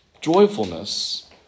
joyfulness